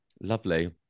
Lovely